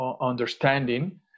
understanding